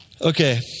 Okay